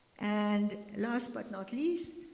and last but not least,